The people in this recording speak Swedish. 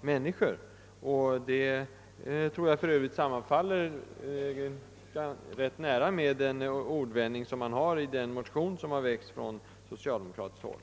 människor. Detta stämmer mycket väl överens, tror jag, med den ordvänd ning som använts i den motion som väckts från socialdemokratiskt håll.